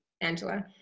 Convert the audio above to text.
Angela